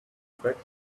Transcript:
back